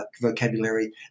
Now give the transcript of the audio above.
vocabulary